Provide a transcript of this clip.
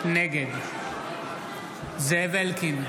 נגד זאב אלקין,